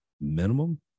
minimum